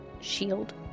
shield